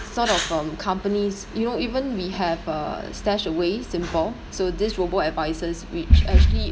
sort of um companies you know even we have uh stashaway simple so this robo-advisors which actually